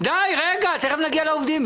די, רגע, תיכף נגיע לעובדים.